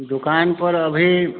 दोकानपर अभी